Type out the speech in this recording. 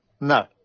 No